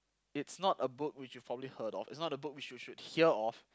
it's not a book which you probably heard of it's not a book which you should hear of